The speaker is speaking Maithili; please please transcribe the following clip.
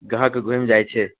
ग्राहक घूमि जाइ छै